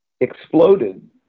exploded